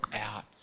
out